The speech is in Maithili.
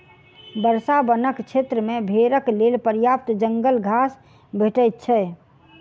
वर्षा वनक क्षेत्र मे भेड़क लेल पर्याप्त जंगल घास भेटैत छै